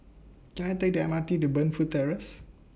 Can I Take The M R T to Burnfoot Terrace